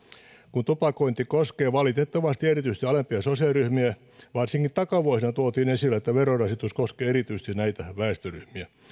kun tupakointi koskee valitettavasti erityisesti alempia sosiaaliryhmiä varsinkin takavuosina tuotiin esille että verorasitus koskee erityisesti näitä väestöryhmiä